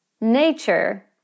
nature